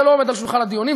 זה לא עומד על שולחן הדיונים.